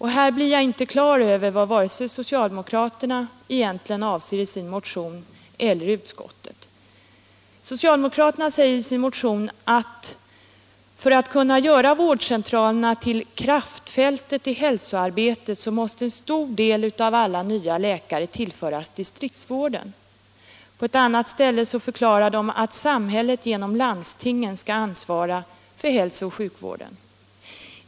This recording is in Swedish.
Här blir jag inte på det klara med vare sig vad socialdemokraterna egentligen avser i sin motion eller vad utskottet menar. Socialdemokraterna säger i sin motion att för att kunna göra vårdcentralerna till kraftfältet i hälsoarbetet måste en stor del av alla nya läkare tillföras distriktsvården. På ett annat ställe i sin motion förklarar de att samhället genom landstingen skall ansvara för hälsooch sjukvården.